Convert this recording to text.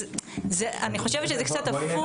אז אני חושבת שזה קצת הפוך --- אז בואי